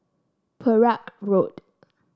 Perak Road